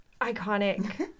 iconic